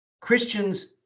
Christians